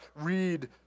read